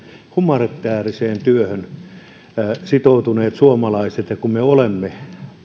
humanitääriseen työhön sitoutuneista suomalaisista on helppo yhtyä kun me olemme